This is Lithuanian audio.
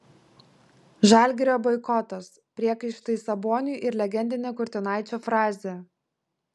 žalgirio boikotas priekaištai saboniui ir legendinė kurtinaičio frazė